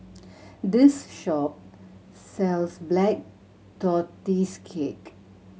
this shop sells Black Tortoise Cake